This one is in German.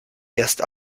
erst